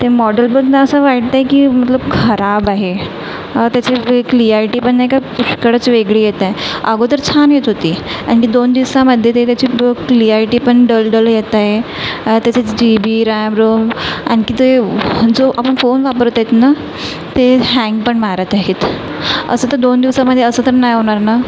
ते मॉडल बदनं असं वाटतं आहे की मतलब खराब आहे त्याचे जे क्लिअॅल्टी पण नाही का पुष्कळच वेगळी येत आहे अगोदर छान येत होती आणि ती दोन दिवसामध्ये ते त्याची दो क्लिअॅल्टी पण डल डल येत आहे त्याचे जी बी रॅम रोम आणखी ते जो आपण फोन वापरत आहे ना ते हँग पण मारत आहेत असं तर दोन दिवसामध्ये असं तर नाही होणार ना